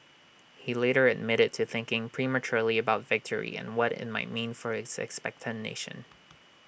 he later admitted to thinking prematurely about victory and what IT might mean for his expectant nation